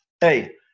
hey